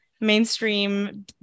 mainstream